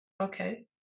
okay